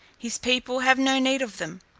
his people have no need of them.